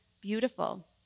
beautiful